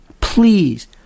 please